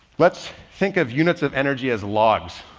let's think of units of energy as logs.